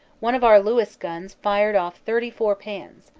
one of our lewis guns fired off thirty-four pans.